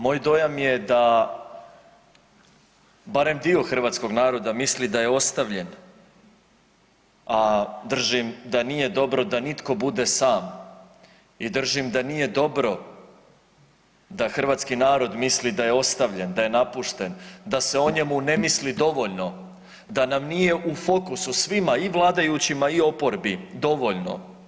Moj dojam je da barem dio hrvatskog naroda misli da je ostavljen, a držim da nije dobro da itko bude sam i držim da nije dobro da hrvatski narod misli da je ostavljen, da je napušten, da se o njemu ne misli dovoljno, da nam nije u fokusu svima i vladajućima i oporbi dovoljno.